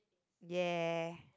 ya